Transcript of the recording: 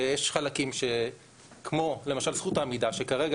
שיש חלקים כמו למשל זכות העמידה שכרגע